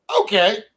Okay